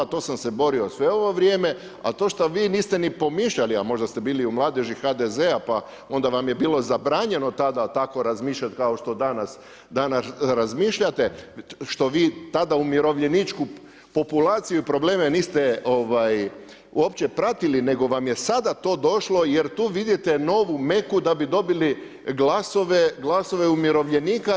To sam se borio sve ovo vrijeme, a to što vi niste ni pomišljali, a možda ste bili u mladeži HDZ-a pa onda vam je bilo zabranjeno tada tako razmišljati kao što danas razmišljate, što vi tada umirovljeničku populaciju i probleme niste uopće pratili nego vam je sada to došlo jer tu vidite novu meku da bi dobili glasove umirovljenika.